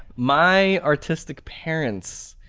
my artistic parents.